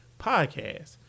Podcast